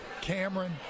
Cameron